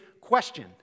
question